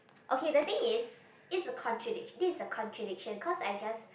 okay the thing is it's a contradic~ this is a contradiction cause I just